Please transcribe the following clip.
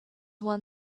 one